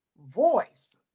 voice